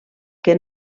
que